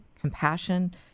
compassion